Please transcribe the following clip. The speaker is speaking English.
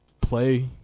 play